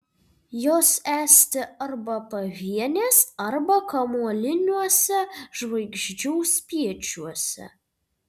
jos esti arba pavienės arba kamuoliniuose žvaigždžių spiečiuose